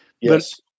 Yes